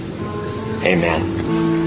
Amen